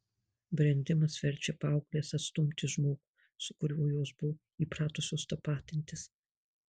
brendimas verčia paaugles atstumti žmogų su kuriuo jos buvo įpratusios tapatintis